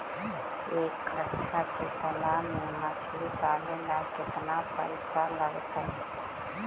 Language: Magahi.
एक कट्ठा के तालाब में मछली पाले ल केतना पैसा लगतै?